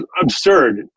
absurd